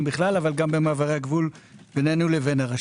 בכלל אבל גם במעברי הגבול בינינו לבין הרש"פ.